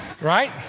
right